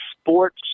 sports